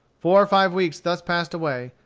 four or five weeks thus passed away,